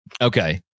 Okay